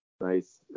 Nice